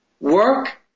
work